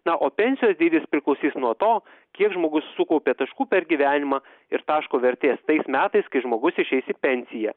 na o pensijos dydis priklausys nuo to kiek žmogus sukaupė taškų per gyvenimą ir taško vertės tais metais kai žmogus išeis į pensiją